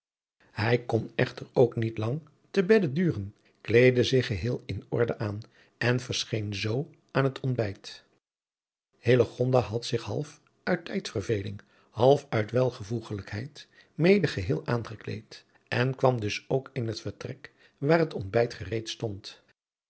hij kon echter ook niet lang te bedde duren kleedde zich geheel in orde aan en verscheen zoo aan het ontbijt hillegonda had zich half uit tijdverveling half uit welvoegelijkheid mede geheel aangekleed en kwam dus ook in het vertrek waar het ontbijt